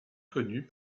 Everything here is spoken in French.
connue